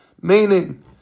meaning